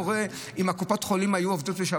אם בערב שמחת תורה היה אותו מספר